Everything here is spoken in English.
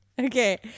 Okay